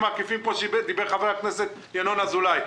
העקיפים פה שציין חבר הכנסת ינון אזולאי.